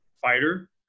fighter